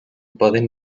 poden